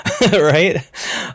right